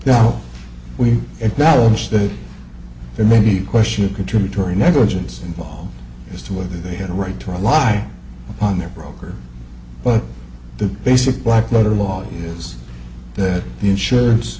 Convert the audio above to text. now we acknowledge that there may be question of contributory negligence involved as to whether they had a right to rely on their broker but the basic black letter law is that the insurance